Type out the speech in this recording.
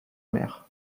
mer